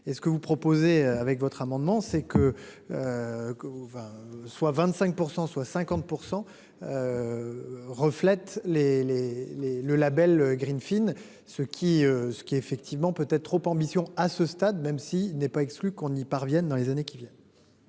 Est ce que vous proposez avec votre amendement c'est que. Vous va soit 25% soit 50%. Reflète les les les le Label Green fine ce qui ce qui effectivement peut être trop ambition à ce stade, même s'il n'est pas exclu qu'on y parvienne. Dans les années qui viennent.